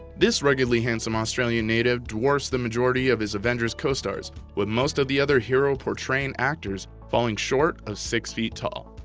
this ruggedly handsome australian native dwarfs the majority of his avengers co-stars with most of the other hero-portraying actings falling short of six feet tall.